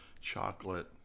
chocolate